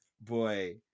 boy